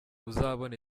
uzabona